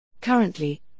Currently